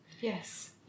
yes